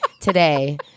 today